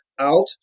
out